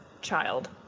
child